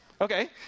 Okay